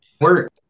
work